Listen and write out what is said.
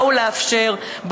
באו לאפשר,